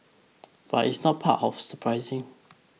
but it's not the part of surprising